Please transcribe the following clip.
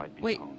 Wait